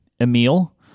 Emil